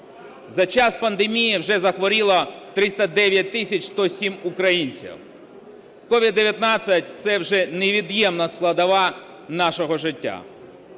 За час пандемії вже захворіло 309 тисяч 107 українців. COVID-19 – це вже невід'ємна складова нашого життя,